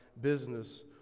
business